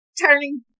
turning